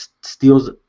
steals